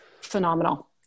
phenomenal